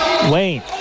Wayne